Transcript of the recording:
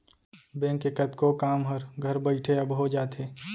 bank के कतको काम हर घर बइठे अब हो जाथे